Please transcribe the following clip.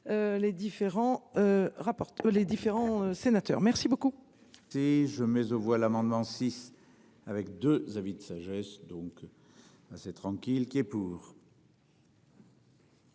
les différents sénateur, merci beaucoup.